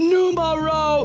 Numero